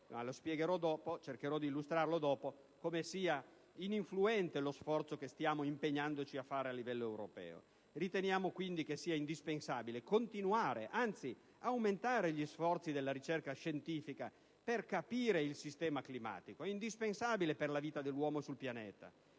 capite - ma cercherò di illustrarlo successivamente - come sia ininfluente lo sforzo che ci stiamo impegnando a fare a livello europeo. Riteniamo quindi che sia indispensabile continuare, anzi aumentare gli sforzi nella ricerca scientifica per capire il sistema climatico: è indispensabile per la vita dell'uomo sul pianeta.